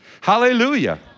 Hallelujah